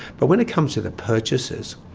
but when it comes to the purchases,